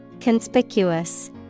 Conspicuous